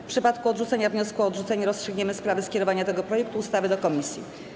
W przypadku odrzucenia wniosku o odrzucenie rozstrzygniemy sprawę skierowania tego projektu ustawy do komisji.